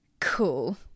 Cool